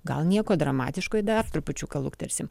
gal nieko dramatiško dar trupučiuką luktersim